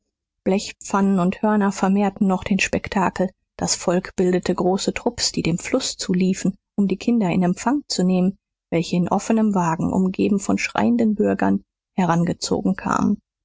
blechpfannen und hörner vermehrten noch den spektakel das volk bildete große trupps die dem fluß zuliefen um die kinder in empfang zu nehmen welche in offenem wagen umgeben von schreienden bürgern herangezogen kamen